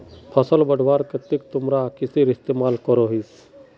फसल बढ़वार केते तुमरा किसेर इस्तेमाल करोहिस?